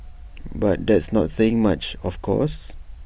but that's not saying much of course